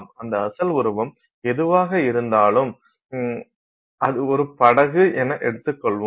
அந்த அசல் உருவம் எதுவாக இருந்தாலும் எடுத்துக்காட்டாக அது ஒரு படகு என எடுத்துக்கொள்வோம்